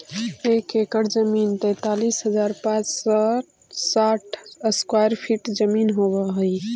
एक एकड़ जमीन तैंतालीस हजार पांच सौ साठ स्क्वायर फीट जमीन होव हई